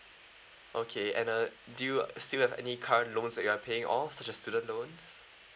okay and uh do you uh still have any car loans you are paying off such a student loans